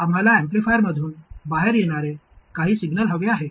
आम्हाला एम्पलीफायरमधून बाहेर येणारे काही सिग्नल हवे आहेत